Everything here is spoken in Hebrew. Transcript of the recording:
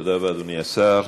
תודה רבה, אדוני השר.